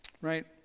right